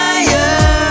Fire